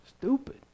stupid